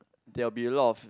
there'll be a lot of